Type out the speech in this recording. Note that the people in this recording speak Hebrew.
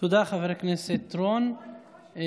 תודה, חבר הכנסת רון כץ.